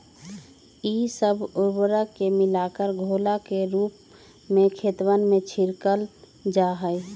ई सब उर्वरक के मिलाकर घोला के रूप में खेतवन में छिड़कल जाहई